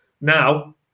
Now